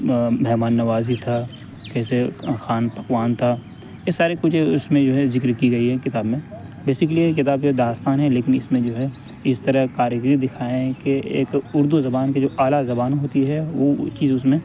مہمان نوازی تھا کیسے کھان پکوان تھا یہ ساری کچھ اس میں جو ہے ذکر کی گئی ہے کتاب میں بیسیکلی یہ کتاب جو ہے داستان ہے لیکن اس میں جو ہے اس طرح کاریگری دکھائے ہیں کہ ایک اردو زبان کہ جو اعلیٰ زبان ہوتی ہے وہ چیز اس میں